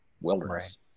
wilderness